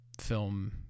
film